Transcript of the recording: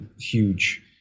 huge